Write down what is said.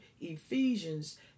Ephesians